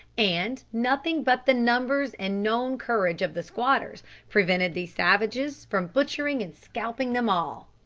and nothing but the numbers and known courage of the squatters prevented these savages from butchering and scalping them all.